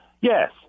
Yes